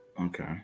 Okay